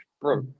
Bro